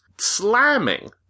slamming